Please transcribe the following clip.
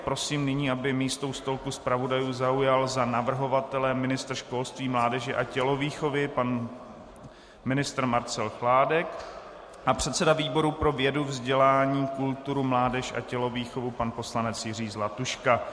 Prosím nyní, aby místo u stolku zpravodajů zaujal za navrhovatele ministr školství, mládeže a tělovýchovy pan Marcel Chládek a předseda výboru pro vědu, vzdělání, kulturu, mládež a tělovýchovu pan poslanec Jiří Zlatuška.